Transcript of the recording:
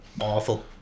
awful